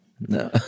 No